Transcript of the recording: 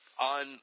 on